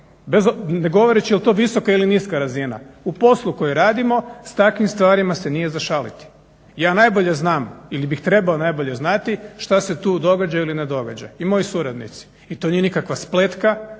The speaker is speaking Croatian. ne govoreći jel to visoka ili niska razina u poslu koji radima s takvim stvarima se nije za šaliti. Ja najbolje znam ili bih trebao najbolje znati šta se tu događa ili ne događa i moji suradnici i to nije nikakva spletka,